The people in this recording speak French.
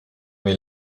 mes